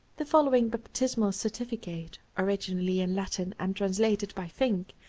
the following baptismal certificate, originally in latin and translated by finck,